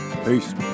Peace